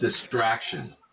distraction